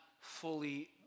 fully